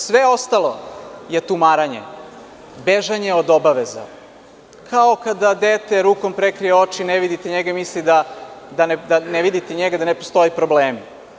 Sve ostalo je tumaranje, bežanje od obaveza, kao kada dete rukom prekrije oči i ne vidite njega, ne vidite da postoje problemi.